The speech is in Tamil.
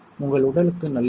உங்கள் உடலுக்கு நல்லது